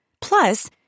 Plus